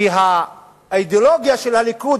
כי האידיאולוגיה של הליכוד,